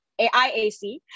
AIAC